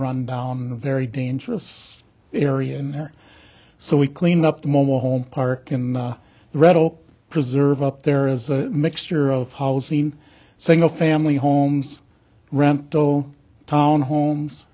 run down very dangerous area and so we cleaned up the mobile home park and the rattle preserve up there is a mixture of housing single family homes rent though town homes